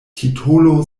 titolo